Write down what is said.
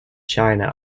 china